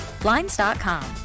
Blinds.com